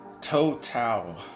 total